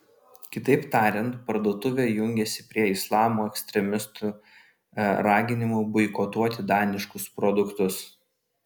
kitaip tariant parduotuvė jungiasi prie islamo ekstremistų raginimų boikotuoti daniškus produktus